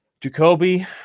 Jacoby